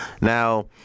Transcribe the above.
now